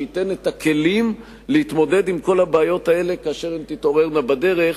שייתן את הכלים להתמודד עם כל הבעיות האלה כאשר הן תתעוררנה בדרך,